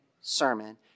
sermon